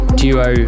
duo